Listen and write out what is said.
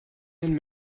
einen